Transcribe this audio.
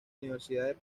universidad